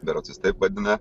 berods jis taip vadina